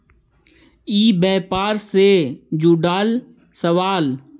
ई व्यापार से जुड़ल सवाल?